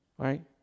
right